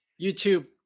YouTube